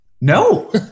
No